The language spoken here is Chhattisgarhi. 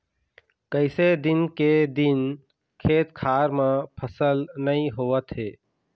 कइसे दिन के दिन खेत खार म फसल नइ होवत हे